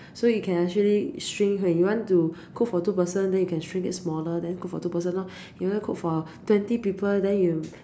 so you can actually shrink when you want to cook for two person then you can shrink it smaller then cook for two person lor you want to cook for twenty people then you